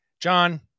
John